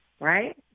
right